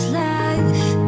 life